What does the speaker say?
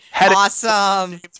awesome